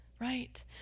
right